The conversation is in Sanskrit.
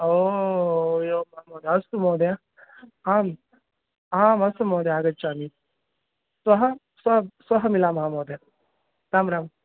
ओ एवंं महोदय अस्तु महोदय आम् आम् अस्तु महोदय आगच्छामि श्वः श्व श्वः मिलामः महोदय राम राम